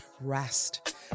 rest